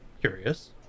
curious